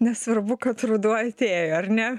nesvarbu kad ruduo atėjo ar ne